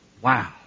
Wow